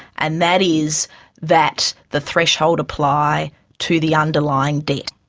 and that is that the threshold apply to the underlying debt.